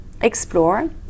explore